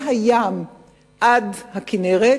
מהים עד הכינרת,